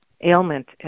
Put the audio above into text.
ailment